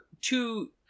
two